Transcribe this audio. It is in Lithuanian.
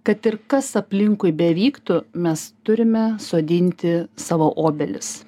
kad ir kas aplinkui bevyktų mes turime sodinti savo obelis